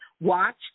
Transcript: watch